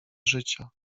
życia